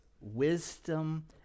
wisdom